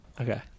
Okay